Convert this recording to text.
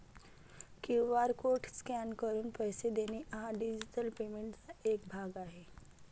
QR code scan करून पैसे देणे हा डिजिटल पेमेंटचा एक भाग आहे